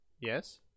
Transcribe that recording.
Yes